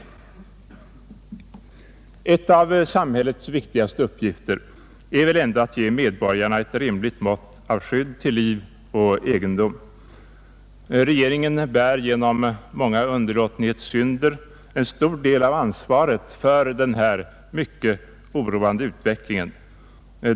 En av samhällets viktigaste uppgifter är väl ändå att ge medborgarna ett rimligt mått av skydd till liv och egendom. Regeringen bär genom många underlåtenhetssynder en stor del av ansvaret för den här mycket oroande utvecklingen.